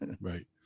Right